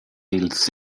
ils